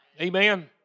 Amen